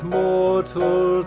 mortal